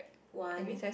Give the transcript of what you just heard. one